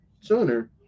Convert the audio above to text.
sooner